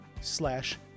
slash